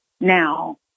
now